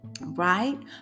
right